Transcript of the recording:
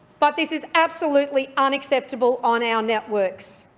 but this is absolutely unacceptable on our networks.